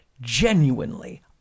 genuinely